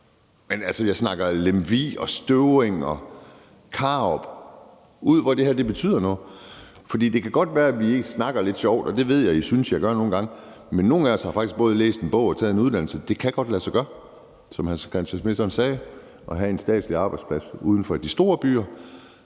jeg snakker Lemvig, Støvring og Karup – ud, hvor det her betyder noget. For det kan godt være, at vi snakker lidt sjovt, og det ved jeg I synes jeg gør nogle gange, men nogle af os har faktisk både læst en bog og taget en uddannelse. Det kan godt lade sig gøre, som hr. Hans Christian Schmidt sagde, at have en statslig arbejdsplads uden for de store byer.